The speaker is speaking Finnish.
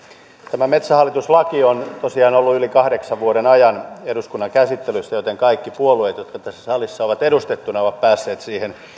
tämä metsähallitus laki on tosiaan ollut yli kahdeksan vuoden ajan eduskunnan käsittelyssä joten kaikki puolueet jotka tässä salissa ovat edustettuina ovat päässeet siihen